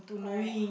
alright